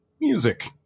music